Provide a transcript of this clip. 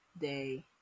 day